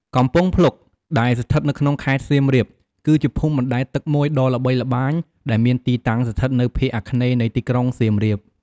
កំពង់ភ្លុក ដែលស្ថិតនៅក្នុង ខេត្តសៀមរាប គឺជាភូមិបណ្ដែតទឹកមួយដ៏ល្បីល្បាញ ដែលមានទីតាំងស្ថិតនៅភាគអាគ្នេយ៍នៃទីក្រុងសៀមរាប។